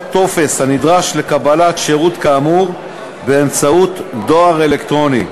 טופס הנדרש לקבלת שירות כאמור באמצעות דואר אלקטרוני,